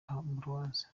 ambroise